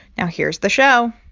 now here's the show